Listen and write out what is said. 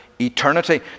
eternity